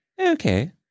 Okay